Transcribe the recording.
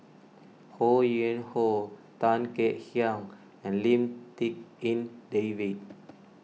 Ho Yuen Hoe Tan Kek Hiang and Lim Tik En David